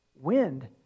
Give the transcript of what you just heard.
Wind